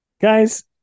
Guys